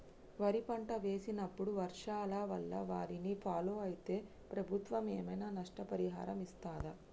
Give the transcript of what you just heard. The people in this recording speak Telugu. వరి పంట వేసినప్పుడు వర్షాల వల్ల వారిని ఫాలో అయితే ప్రభుత్వం ఏమైనా నష్టపరిహారం ఇస్తదా?